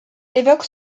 évoque